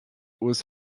was